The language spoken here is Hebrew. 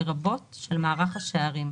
לרבות של מערך השערים,